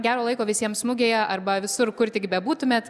gero laiko visiems mugėje arba visur kur tik bebūtumėt